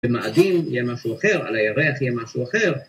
במאדים יהיה משהו אחר, על הירח יהיה משהו אחר.